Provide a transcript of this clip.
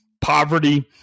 poverty